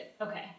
Okay